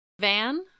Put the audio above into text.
Van